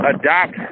adopt